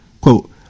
Quote